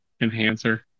enhancer